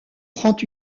prend